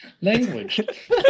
Language